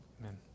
Amen